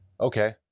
Okay